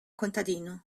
contadino